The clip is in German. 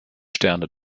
sterne